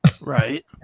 Right